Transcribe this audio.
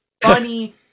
funny